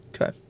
Okay